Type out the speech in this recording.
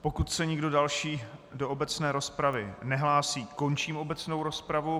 Pokud se nikdo další do obecné rozpravy nehlásí, končím obecnou rozpravu.